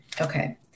Okay